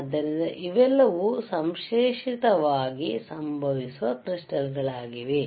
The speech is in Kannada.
ಆದ್ದರಿಂದ ಇವೆಲ್ಲವೂ ಸಂಶ್ಲೇಷಿತವಾಗಿ ಸಂಭವಿಸುವ ಕ್ರಿಸ್ಟಾಲ್ ಗಳಾಗಿವೆ